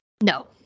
No